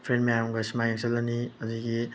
friend ꯃꯌꯥꯝꯒ cinema ꯌꯦꯡ ꯆꯠꯂꯅꯤ ꯑꯗꯒꯤ